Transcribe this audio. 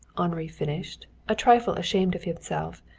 henri finished, a trifle ashamed of himself,